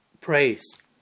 praise